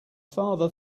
father